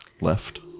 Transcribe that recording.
left